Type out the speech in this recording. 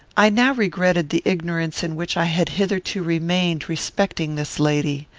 i now regretted the ignorance in which i had hitherto remained respecting this lady.